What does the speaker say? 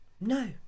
No